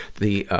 the, ah,